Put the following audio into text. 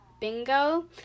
bingo